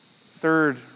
Third